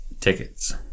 tickets